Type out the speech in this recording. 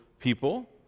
people